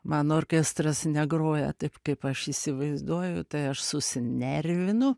mano orkestras negroja taip kaip aš įsivaizduoju tai aš susinervinu